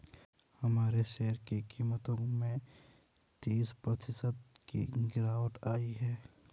हमारे शेयर की कीमतों में तीस प्रतिशत की गिरावट आयी है